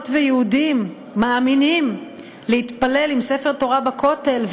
ויהודים מאמינים להתפלל עם ספר תורה בכותל,